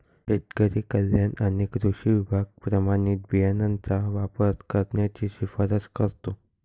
शेतकरी कल्याण आणि कृषी विभाग प्रमाणित बियाणांचा वापर करण्याची शिफारस करतो